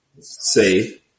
Say